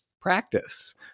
practice